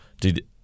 dude